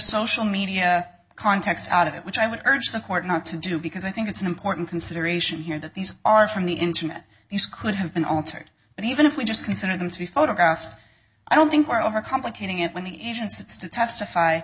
social media context out of it which i would urge the court not to do because i think it's an important consideration here that these are from the internet these could have been altered but even if we just consider them to be photographs i don't think we're over complicating it when the agents to testify